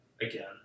again